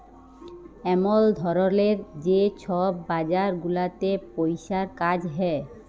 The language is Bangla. এমল ধরলের যে ছব বাজার গুলাতে পইসার কাজ হ্যয়